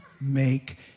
make